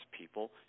people